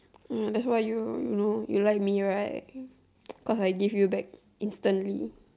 ya that's why you know you like me right because I give you back instantly